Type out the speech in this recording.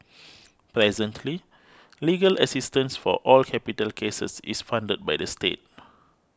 presently legal assistance for all capital cases is funded by the state